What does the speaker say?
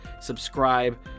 subscribe